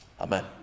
Amen